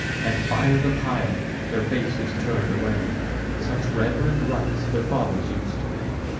and fire the pile, their faces turn'd away such reverend rites their fathers us'd to pay.